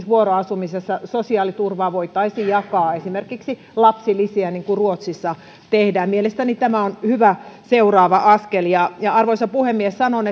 vuoroasumisessa sosiaaliturvaa voitaisiin jakaa esimerkiksi lapsilisiä niin kuin ruotsissa tehdään mielestäni tämä on hyvä seuraava askel arvoisa puhemies sanon